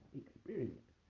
experience